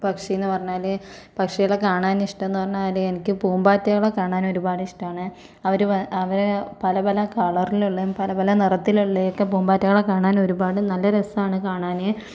പക്ഷിയെന്നു പറഞ്ഞാൽ പക്ഷികളെ കാണാൻ ഇഷ്ടം എന്ന് പറഞ്ഞാൽ എനിക്ക് പൂമ്പാറ്റകളെ കാണാൻ ഒരുപാട് ഇഷ്ടമാണ് അവർ അവർ പല പല കളറിലുള്ളതും പല പല നിറത്തിലുള്ളതുമൊക്കെ പൂമ്പാറ്റകളെ കാണാൻ ഒരുപാട് നല്ല രസാണ് കാണാൻ